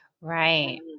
Right